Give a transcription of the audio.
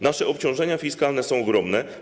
Nasze obciążenia fiskalne są ogromne.